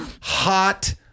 hot